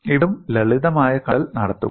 ഇവിടെ വീണ്ടും ലളിതമായ കണക്കുകൂട്ടൽ നടത്തുക